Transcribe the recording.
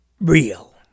real